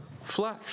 flesh